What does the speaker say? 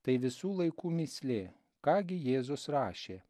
tai visų laikų mįslė ką gi jėzus rašė